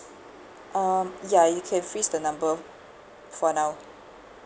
um ya you can freeze the number for now